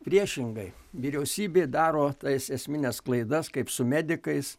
priešingai vyriausybė daro tas esmines klaidas kaip su medikais